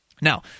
Now